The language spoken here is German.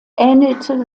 ähnelte